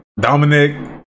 Dominic